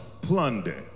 plunder